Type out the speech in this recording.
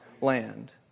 land